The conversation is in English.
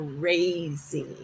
crazy